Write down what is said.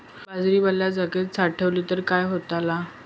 बाजरी वल्या जागेत साठवली तर काय होताला?